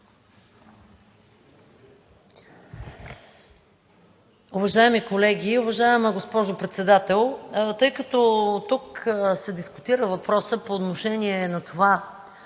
Уважаеми колеги, уважаема госпожо Председател! Тъй като тук се дискутира въпросът по отношение на това